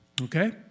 okay